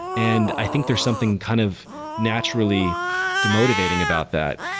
and i think there's something kind of naturally demotivating about that.